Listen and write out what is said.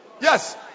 Yes